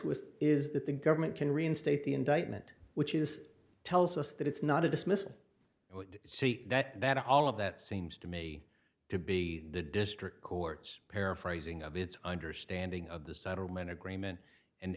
was is that the government can reinstate the indictment which is tells us that it's not a dismissal it would see that all of that seems to me to be the district court's paraphrasing of its understanding of the settlement agreement and